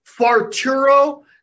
Farturo